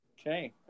Okay